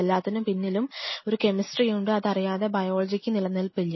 എല്ലാത്തിനും പിന്നിൽ ഒരു കെമിസ്ട്രിയുണ്ട് അത് അറിയാതെ ബയോളജിക്ക് നിലനിൽപ്പില്ല